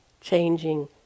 changing